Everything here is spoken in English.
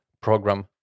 program